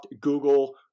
Google